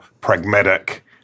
pragmatic